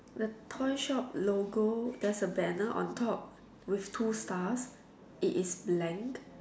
the toy shop logo there's a banner on top with two stars it is blank